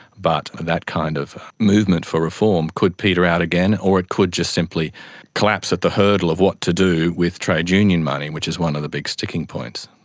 but that kind of movement for reform could peter out again or it could just simply collapse at the hurdle of what to do with trade union money, which is one of the big sticking points.